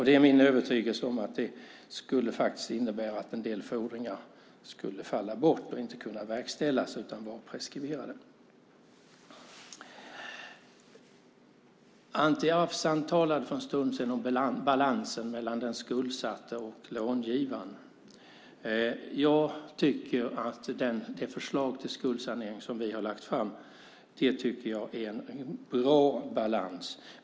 Det är min övertygelse att det skulle innebära att en del fordringar skulle falla bort och inte kunna verkställas på grund av att de var preskriberade. Anti Avsan talade för en stund sedan om balansen mellan den skuldsatte och långivaren. Jag tycker att det förslag till skuldsanering som vi har lagt fram innebär en bra balans.